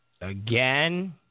again